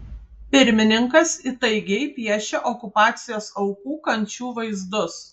pirmininkas įtaigiai piešia okupacijos aukų kančių vaizdus